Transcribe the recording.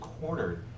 cornered